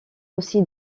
aussi